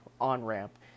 on-ramp